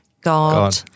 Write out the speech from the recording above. God